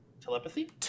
Telepathy